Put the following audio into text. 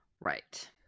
right